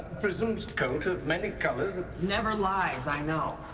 prism's coat of many colors never lies, i know.